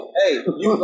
hey